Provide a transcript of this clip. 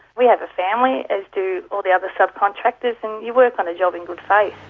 we have a family, as do all the other subcontractors, and you work on a job in good faith.